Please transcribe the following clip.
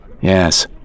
Yes